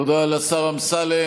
תודה לשר אמסלם.